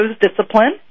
discipline